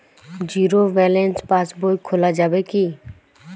Zero balance pass বই খোলা যাবে কি?